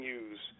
use